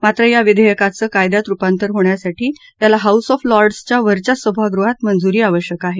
मात्र या विधेयकाचं कायद्यात रुपांतर होण्यासाठी याला हाऊस ऑफ लॉर्डसच्या वरच्या सभागृहात मंजुरी आवश्यक आहे